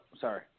Sorry